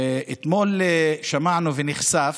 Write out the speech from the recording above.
אתמול שמענו ונחשפו,